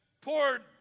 poured